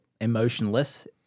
emotionless